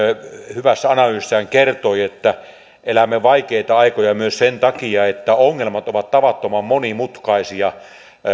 hyvässä analyysissaan kertoi elämme vaikeita aikoja myös sen takia että ongelmat ovat tavattoman monimutkaisia